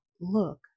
look